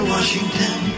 Washington